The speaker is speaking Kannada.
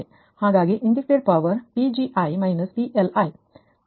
ಹಾಗಾಗಿ ಒಟ್ಟಾರೆ injected power P gi −P Li